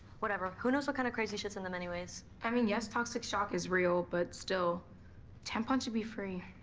whatever. who knows what kind of crazy shit's in them anyways. i mean yes, toxic shock is real, but still tampons should be free.